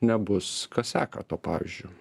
nebus kas seka tuo pavyzdžiu